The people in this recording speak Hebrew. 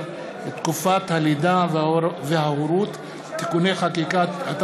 תקופת הלידה וההורות (תיקוני חקיקה),